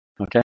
Okay